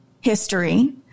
history